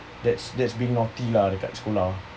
that's that's being naughty lah dekat sekolah